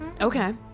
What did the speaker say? Okay